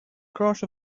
crash